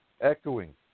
echoing